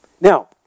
Now